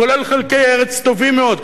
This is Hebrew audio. כולל חלקי ארץ טובים מאוד,